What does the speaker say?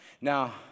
Now